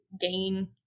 gain